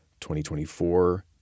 2024